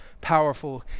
powerful